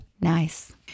Nice